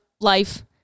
life